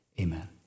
Amen